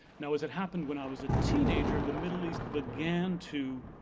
now as it happened when i was a teenager, the middle east began to,